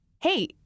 hey